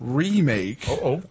remake